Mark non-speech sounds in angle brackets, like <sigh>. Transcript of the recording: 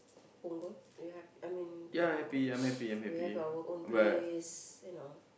Punggol you happy I mean Buangkok <noise> we have our own place you know